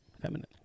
feminine